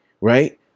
right